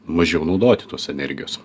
mažiau naudoti tos energijos